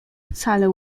wcale